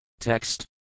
Text